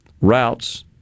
routes